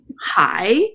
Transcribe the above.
Hi